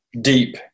deep